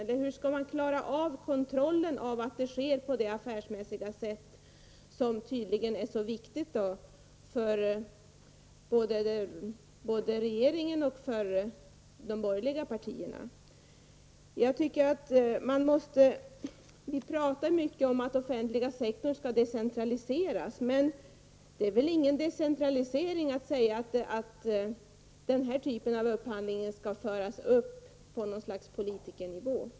Eller hur skall man klara kontrollen av att upphandlingen sker på det affärsmässiga sätt som tydligen är så viktigt både för regeringen och för de borgerliga partierna? Vi pratar mycket om att den offentliga sektorn skall decentraliseras, men det är väl ingen decentralisering att säga att den här typen av upphandling skall föras upp på något slags politikernivå.